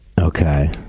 Okay